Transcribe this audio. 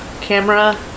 Camera